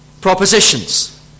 propositions